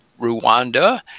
Rwanda